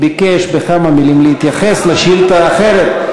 ביקש בכמה מילים להתייחס לשאילתה האחרת.